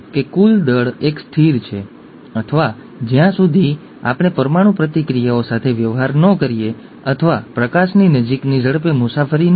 તમને કદાચ Game of Thrones ના પીટર ડિંકલેજ યાદ હશે ખરું ને